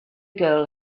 girl